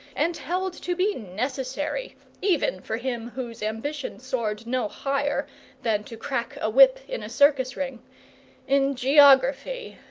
and held to be necessary even for him whose ambition soared no higher than to crack a whip in a circus-ring in geography,